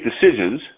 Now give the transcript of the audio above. decisions